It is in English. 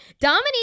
Dominique